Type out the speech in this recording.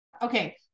okay